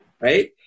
right